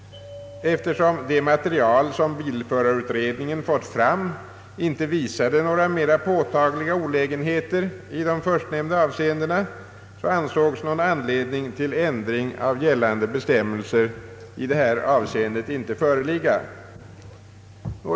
Eftersom det material som bilförarutredningen lagt fram inte visade några mera påtagliga olägenheter i de förstnämnda avseendena ansågs någon anledning till ändring av gällande bestämmelser i detta avseende inte föreligga.